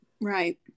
Right